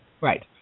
Right